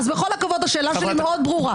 אז בכל הכבוד השאלה שלי מאוד ברורה.